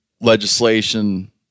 legislation